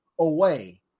away